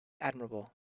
admirable